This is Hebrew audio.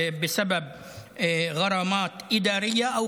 את נטל הקנסות המוטלים בעקבות עבירות מינהליות,